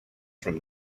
from